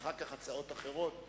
אחר כך הצעות אחרות,